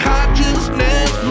Consciousness